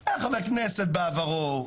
היה חבר כנסת בעברו,